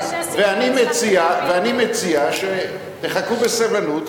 ואני מציע שתחכו בסבלנות,